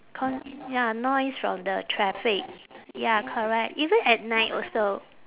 con~ ya noise from the traffic ya correct even at night also